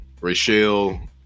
Rachelle